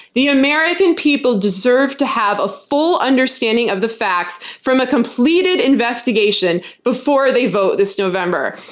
the american people deserve to have a full understanding of the facts from a completed investigation before they vote this november.